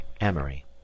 Amory